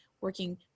working